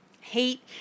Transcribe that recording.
Hate